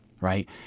right